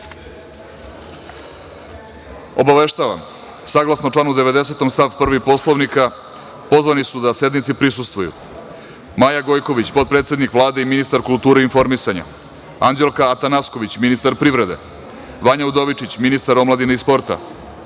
funkciju. Obaveštavam, saglasno članu 90. stav 1. Poslovnika, pozvani su da sednici prisustvuju Maja Gojković, potpredsednik Vlade i ministar kulture i informisanja, Anđelka Atanasković, ministar privrede, Vanja Udovičić, ministar omladine i sporta,